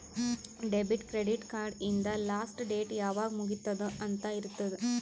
debit, credit card ಹಿಂದ್ last date ಯಾವಾಗ್ ಮುಗಿತ್ತುದ್ ಅಂತ್ ಇರ್ತುದ್